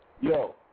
Yo